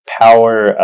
power